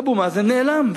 אבו מאזן נעלם,